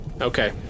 Okay